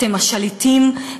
אתם השליטים,